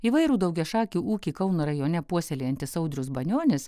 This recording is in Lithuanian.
įvairų daugiašakį ūkį kauno rajone puoselėjantis audrius banionis